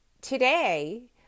today